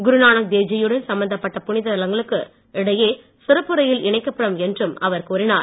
குருநானக்தேவ் ஜியுடன் சம்பந்தப்பட்ட புனிதத்தலங்களுக்கு இடையே சிறப்பு ரயில் இணைக்கப்படும் என்றும் அவர் கூறினார்